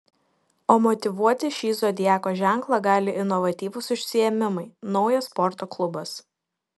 o motyvuoti šį zodiako ženklą gali inovatyvūs užsiėmimai naujas sporto klubas